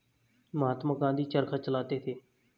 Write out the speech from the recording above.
महात्मा गांधी चरखा चलाते थे